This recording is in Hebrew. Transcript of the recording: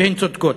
והן צודקות.